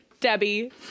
Debbie